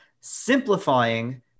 simplifying